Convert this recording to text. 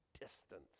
Distance